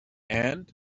and